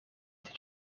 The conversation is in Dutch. dit